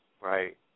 Right